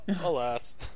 alas